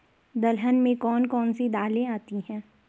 दलहन में कौन कौन सी दालें आती हैं?